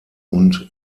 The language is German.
und